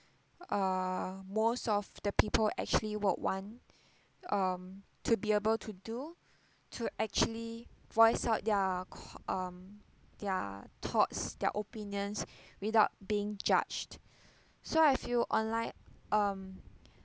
uh most of the people actually won't want um to be able to do to actually voice out their um their thoughts their opinions without being judged so I feel online um